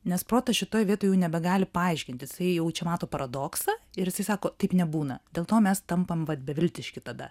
nes protas šitoj vietoj jau nebegali paaiškint jisai jau čia mato paradoksą ir jisai sako taip nebūna dėl to mes tampam vat beviltiški tada